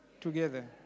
Together